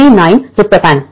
C 9 tryptophan